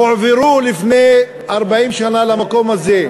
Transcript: הועברו לפני 40 שנה למקום הזה.